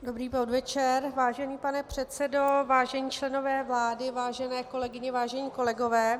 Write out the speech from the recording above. Dobrý podvečer, vážený pane předsedo, vážení členové vlády, vážené kolegyně, vážení kolegové.